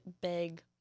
big